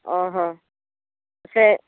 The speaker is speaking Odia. ସେ